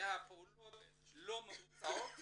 מהפעולות לא מבוצעות